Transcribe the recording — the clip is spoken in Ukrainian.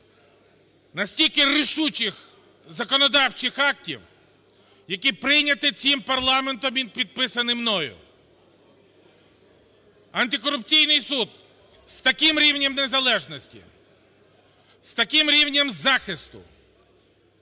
настільки рішучих законодавчих актів, які прийняті цим парламентом і підписані мною. Антикорупційний суд з таким рівнем незалежності, з таким рівнем захисту,